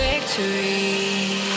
victory